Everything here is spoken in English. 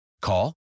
Call